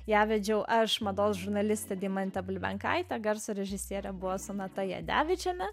ją vedžiau aš mados žurnalistė deimantė bulbenkaitė garso režisierė buvo sonata jadevičienė